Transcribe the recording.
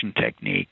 technique